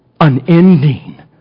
unending